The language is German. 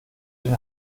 den